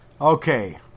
Okay